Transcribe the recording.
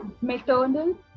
maternal